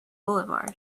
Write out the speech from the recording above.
boulevard